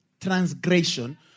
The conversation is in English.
transgression